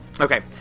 Okay